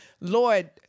Lord